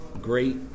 great